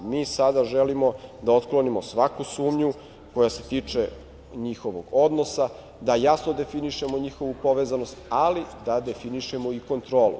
Mi sada želimo da otklonimo svaku sumnju koja se tiče njihovog odnosa, da jasno definišemo njihovu povezanost, ali da definišemo i kontrolu.